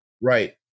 Right